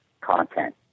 content